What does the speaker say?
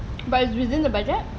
but it is within the budget